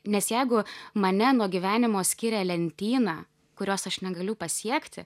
nes jeigu mane nuo gyvenimo skiria lentyna kurios aš negaliu pasiekti